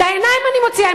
את העיניים אני מוציאה.